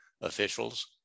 officials